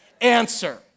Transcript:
answer